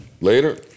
later